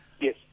Yes